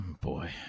Boy